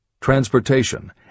transportation